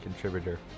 contributor